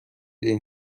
این